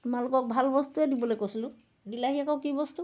তোমালোকক ভাল বস্তুৱে দিবলৈ কৈছিলোঁ দিলাহী আকৌ কি বস্তু